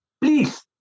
Please